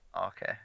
okay